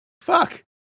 fuck